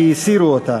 כי הסירו אותה.